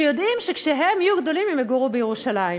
שיודעים שכשהם יהיו גדולים הם יגורו בירושלים.